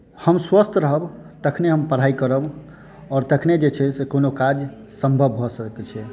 हम स्वस्थ रहब तखने हम पढाई करब आओर तखने जे छै से कोनो काज सम्भव भऽ सकै छै